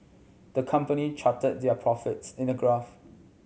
the company charted their profits in a graph